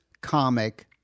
comic